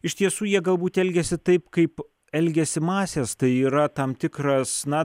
iš tiesų jie galbūt elgiasi taip kaip elgiasi masės tai yra tam tikras na